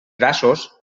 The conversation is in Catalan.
grassos